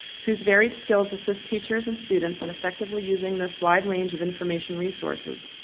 whose varied skills assist teachers and students in effectively using this wide range of information resources.